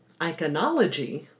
Iconology